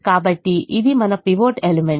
కాబట్టి ఇది మన పైవట్ ఎలిమెంట్